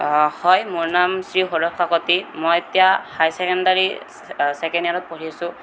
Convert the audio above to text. হয় মোৰ নাম শ্ৰী সৌৰভ কাকতি মই এতিয়া হায়াৰ ছেকেণ্ডাৰী ছেকেণ্ড ইয়েৰত পঢ়ি আছো